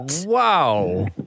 Wow